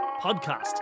podcast